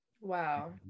wow